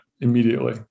immediately